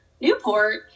Newport